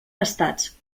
gastats